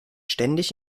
ständig